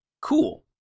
cool